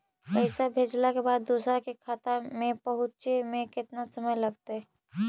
पैसा भेजला के बाद दुसर के खाता में पहुँचे में केतना समय लगतइ?